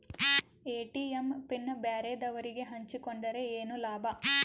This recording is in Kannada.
ಎ.ಟಿ.ಎಂ ಪಿನ್ ಬ್ಯಾರೆದವರಗೆ ಹಂಚಿಕೊಂಡರೆ ಏನು ಲಾಭ?